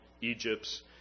Egypt's